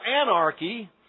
anarchy